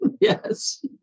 Yes